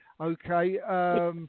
Okay